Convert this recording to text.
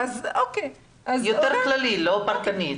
יותר כללי ולא פרטני.